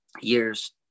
years